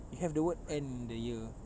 you have the word N in the year